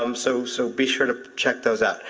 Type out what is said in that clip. um so so be sure to check those out.